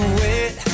wait